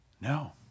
no